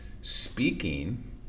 speaking